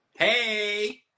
hey